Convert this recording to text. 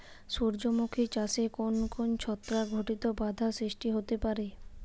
সূর্যমুখী চাষে কোন কোন ছত্রাক ঘটিত বাধা সৃষ্টি হতে পারে?